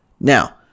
Now